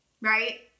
right